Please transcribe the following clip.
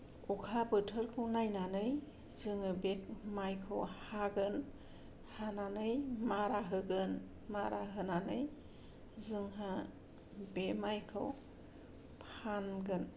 अखा बोथोरखौ नायनानै जोङो बे माइखौ हागोन हानानै मारा होगोन मारा होनानै जोंहा बे माइखौ फानगोन